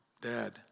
Dad